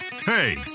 Hey